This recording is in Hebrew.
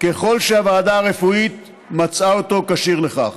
ככל שהוועדה רפואית מצאה אותו כשיר לכך.